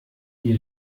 dir